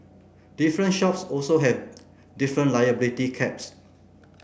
different shops also have different liability caps